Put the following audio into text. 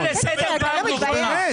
אני קורא לך לסדר פעם ראשונה.